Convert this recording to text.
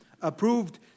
approved